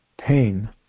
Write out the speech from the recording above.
pain